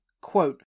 quote